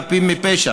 חפים מפשע.